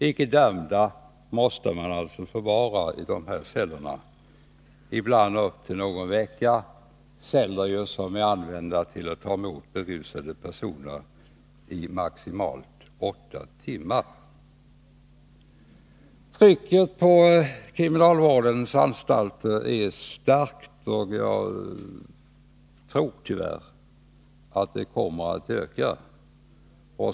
Icke dömda måste man alltså förvara ibland upp till någon vecka, i dessa celler, som är avsedda för att ta emot berusade personer i maximalt åtta timmar. Trycket på kriminalvårdens anstalter är starkt, och jag tror tyvärr att det kommer att öka.